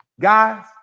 Guys